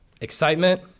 excitement